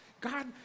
God